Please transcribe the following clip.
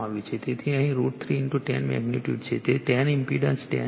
તેથી અહીં √3 10 મેગ્નિટ્યુડ છે તે 10 ઇન્પેન્ડન્સ 10 છે